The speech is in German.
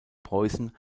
preußen